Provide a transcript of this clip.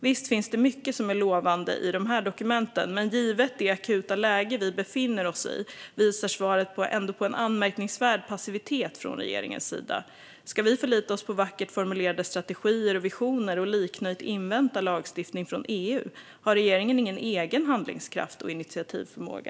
Visst finns det mycket som är lovande i dokumenten, men givet det akuta läge vi befinner oss i visade svaret ändå på en anmärkningsvärd passivitet från regeringens sida. Ska vi förlita oss på vackert formulerade strategier och visioner och liknöjt invänta lagstiftning från EU? Har regeringen ingen egen handlingskraft och initiativförmåga?